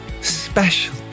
special